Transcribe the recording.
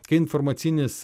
kai informacinis